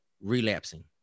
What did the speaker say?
relapsing